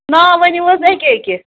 ناو ؤنِو حظ اَکہِ اَکہِ